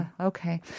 Okay